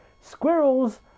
Squirrels